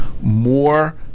more